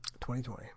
2020